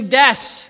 deaths